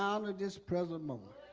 um this present moment.